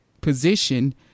position